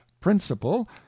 principle